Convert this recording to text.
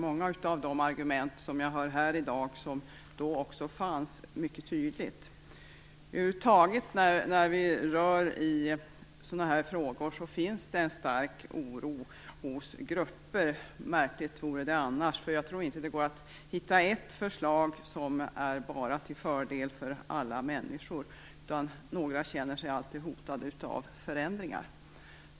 Många av de argument som jag hör här i dag fanns också då. När vi rör i sådana här frågor finns det över huvud taget en stark oro hos grupper. Märkligt vore det annars. Jag tror inte att det går att hitta ett förslag som är bara till fördel för alla människor. Några känner sig alltid hotade av förändringar.